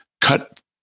cut